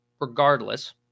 regardless